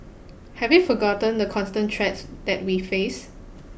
have we forgotten the constant threats that we face